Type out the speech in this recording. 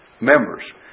members